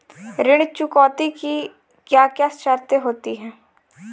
ऋण चुकौती की क्या क्या शर्तें होती हैं बताएँ?